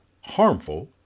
harmful